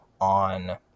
on